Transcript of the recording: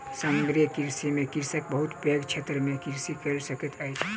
समुद्रीय कृषि में कृषक बहुत पैघ क्षेत्र में कृषि कय सकैत अछि